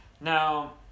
Now